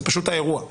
זה פשוט האירוע.